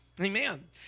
Amen